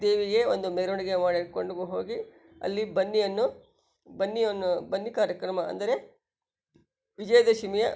ದೇವಿಗೆ ಒಂದು ಮೆರವಣಿಗೆ ಮಾಡಿಕೊಂಡು ಹೋಗಿ ಅಲ್ಲಿ ಬನ್ನಿಯನ್ನು ಬನ್ನಿಯನ್ನು ಬನ್ನಿ ಕಾರ್ಯಕ್ರಮ ಅಂದರೆ ವಿಜಯದಶಮಿಯ